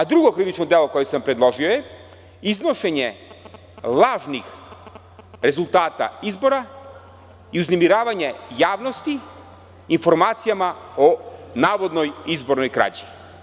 Drugo krivično delo koje sam predložio je iznošenje lažnih rezultata izbora i uznemiravanje javnosti informacija o navodnoj izbornoj krađi.